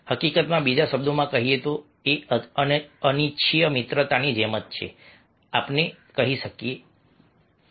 હકીકતમાં બીજા શબ્દોમાં કહી શકાય કે તે અનિચ્છનીય મિત્રની જેમ જ છે આપણે કહી શકીએ કે તે હશે